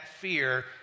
fear